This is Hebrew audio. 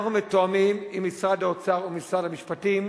אנחנו מתואמים עם משרד האוצר ומשרד המשפטים.